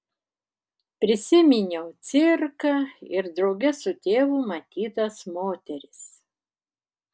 prisiminiau cirką ir drauge su tėvu matytas moteris